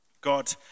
God